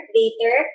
later